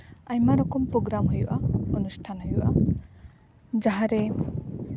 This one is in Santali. ᱟᱭᱢᱟ ᱨᱚᱠᱚᱢ ᱯᱨᱳᱜᱨᱟᱢ ᱦᱩᱭᱩᱜᱼᱟ ᱚᱱᱩᱥᱴᱷᱟᱱ ᱦᱩᱭᱩᱜᱼᱟ ᱡᱟᱦᱟᱸᱨᱮ